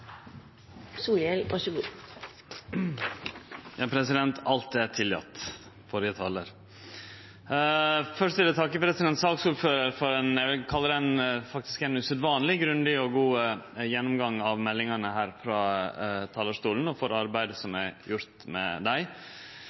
talar. Først vil eg takke saksordføraren for det eg vil kalle faktisk ei usedvanleg grundig og god gjennomgåing av meldingane her frå talarstolen, og for arbeidet som er gjort med dei.